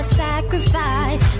sacrifice